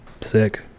sick